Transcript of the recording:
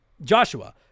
Joshua